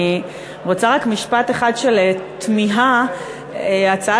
אני רוצה לומר רק משפט אחד של תמיהה: בהצעה